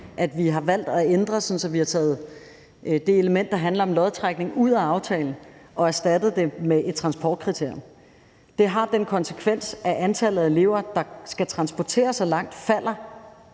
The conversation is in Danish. så vi har taget det element, der handler om lodtrækning, ud af aftalen og erstattet det med et transportkriterie. Det har den konsekvens, at antallet af elever, der skal transportere sig langt, falder,